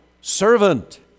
servant